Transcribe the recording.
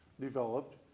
developed